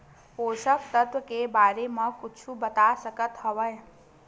पोषक तत्व के बारे मा कुछु बता सकत हवय?